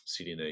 CDNA